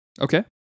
Okay